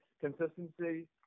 Consistency